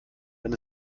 wenn